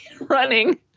running